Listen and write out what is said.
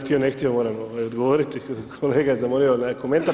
Htio-ne htio, moram odgovoriti, kolega me zamolio na komentar.